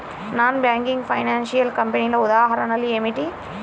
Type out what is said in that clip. Non banking financial కంపెనీల ఉదాహరణలు ఏమిటి?